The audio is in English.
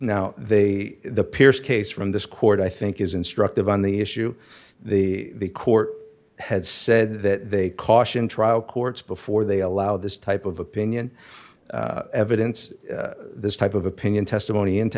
now they the pierce case from this court i think is instructive on the issue the court had said that they cautioned trial courts before they allow this type of opinion evidence this type of opinion testimony into